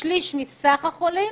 כשליש מהחולים